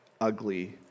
ugly